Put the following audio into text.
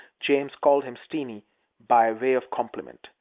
james called him steeny by way of compliment.